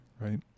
right